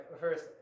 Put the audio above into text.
First